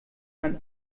ein